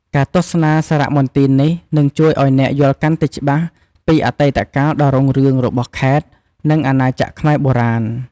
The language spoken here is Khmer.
ការទស្សនាសារមន្ទីរនេះនឹងជួយឲ្យអ្នកយល់កាន់តែច្បាស់ពីអតីតកាលដ៏រុងរឿងរបស់ខេត្ត និងអាណាចក្រខ្មែរបុរាណ។